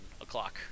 o'clock